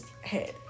head